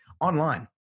online